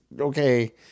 okay